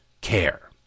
care